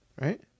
right